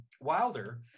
Wilder